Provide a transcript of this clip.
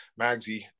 Magsy